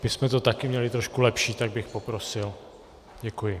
My jsme to také měli trošku lepší, tak bych poprosil. Děkuji.